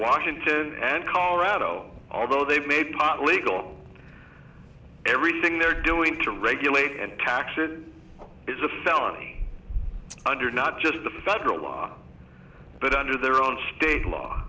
washington and colorado although they've made pot legal on everything they're doing to regulate and tax it is a felony under not just the federal law but under their own state law